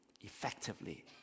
effectively